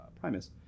Primus